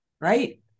Right